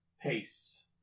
Pace